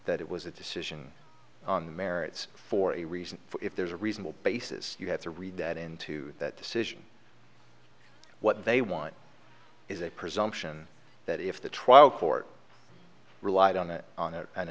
that it was a decision on the merits for a reason if there's a reasonable basis you have to read that into that decision what they want is a presumption that if the trial court relied on that on